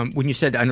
um when you said, and